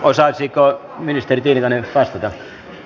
osaisiko ministeri tiilikainen nyt vastata